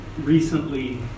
recently